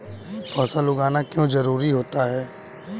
फसल उगाना क्यों जरूरी होता है?